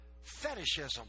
fetishism